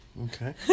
Okay